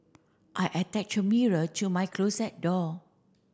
I attached a mirror to my closet door